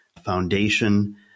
foundation